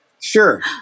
Sure